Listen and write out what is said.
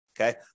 Okay